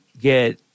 get